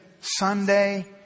Sunday